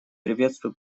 приветствую